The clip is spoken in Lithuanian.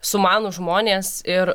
sumanūs žmonės ir